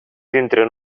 dintre